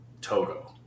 Togo